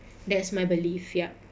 that's my belief yup